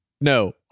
No